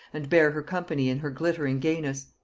and bear her company in her glittering gayness.